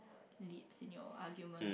leads in your argument